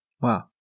Wow